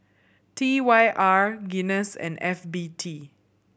T Y R Guinness and F B T